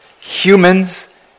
Humans